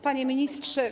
Panie Ministrze!